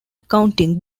accounting